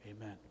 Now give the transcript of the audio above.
Amen